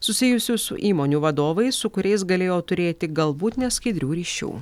susijusių su įmonių vadovais su kuriais galėjo turėti galbūt neskaidrių ryšių